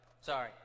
Sorry